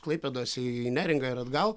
klaipėdos į neringą ir atgal